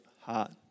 heart